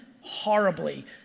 horribly